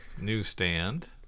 newsstand